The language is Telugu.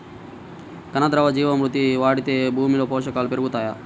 ఘన, ద్రవ జీవా మృతి వాడితే భూమిలో పోషకాలు పెరుగుతాయా?